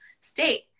state